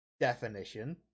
definition